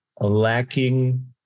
lacking